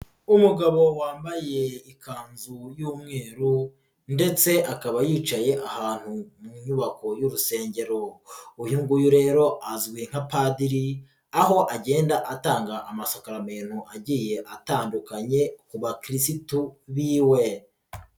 Umugabo wambaye ikanzu y'umweru ndetse akaba yicaye ahantu mu nyubako y'urusengero, uyu nguyu rero azwi nka Padiri aho agenda atanga amasakaramentu agiye atandukanye ku bakirisitu b'iwe.